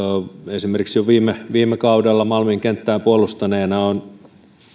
esimerkiksi jo viime viime kaudella malmin kenttää puolustaneena olen